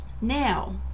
Now